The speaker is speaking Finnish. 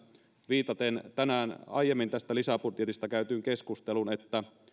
viitaten tänään aiemmin tästä lisäbudjetista käytyyn keskusteluun että